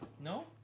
no